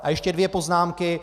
A ještě dvě poznámky.